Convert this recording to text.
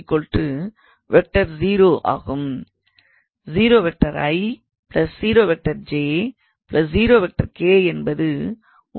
0𝑖̂ 0𝑗̂ 0𝑘̂ என்பது உண்மையில் ஒரு ஸீரோ வெக்டார்